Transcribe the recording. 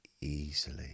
easily